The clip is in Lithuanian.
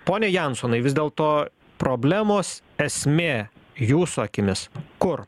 poniai jansonai vis dėlto problemos esmė jūsų akimis kur